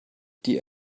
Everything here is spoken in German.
die